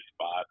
spot